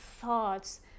thoughts